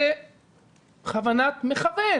בכוונת מכוון